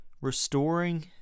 restoring